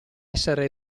essere